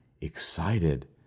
excited